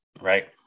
right